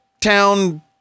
town